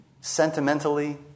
sentimentally